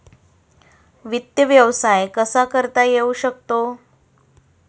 वित्त व्यवसाय कसा करता येऊ शकतो?